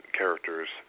characters